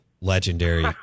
legendary